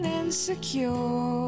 insecure